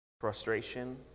frustration